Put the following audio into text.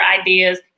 ideas